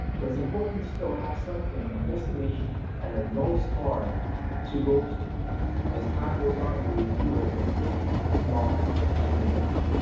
but it's important have something. a destination, and a north star to go to. and as time goes on, we review it and make small changes.